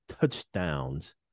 touchdowns